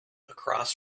across